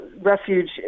Refuge